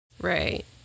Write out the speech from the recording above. Right